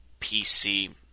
PC